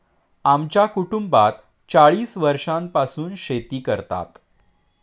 आमच्या कुटुंबात चाळीस वर्षांपासून शेती करतात